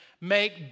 make